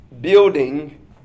building